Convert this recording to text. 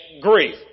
grief